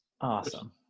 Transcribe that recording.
awesome